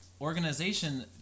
organization